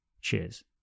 Cheers